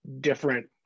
different